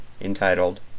entitled